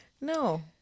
No